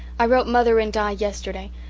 i wrote mother and di yesterday,